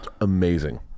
Amazing